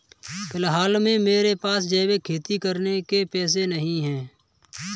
फिलहाल मेरे पास जैविक खेती करने के पैसे नहीं हैं